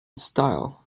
style